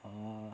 orh